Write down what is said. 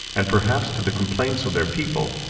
and perhaps to the complaints of their people,